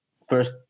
First